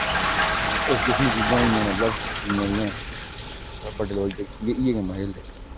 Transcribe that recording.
इस किस्म दियां चीजां होइयां मतलव जिन्नियां बी हैन बड्डे लोग इयै खेलदे